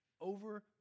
over